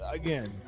again